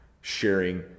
sharing